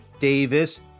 Davis